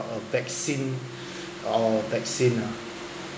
a vaccine or vaccine ah